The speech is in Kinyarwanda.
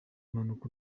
impanuka